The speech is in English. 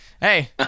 Hey